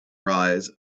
rise